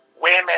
Women